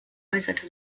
äußerte